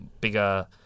bigger